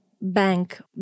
bank